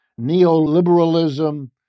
neoliberalism